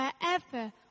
wherever